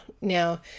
Now